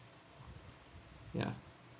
ya